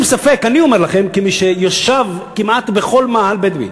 כמי שישב כמעט בכל מאהל בדואי,